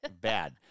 bad